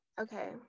Okay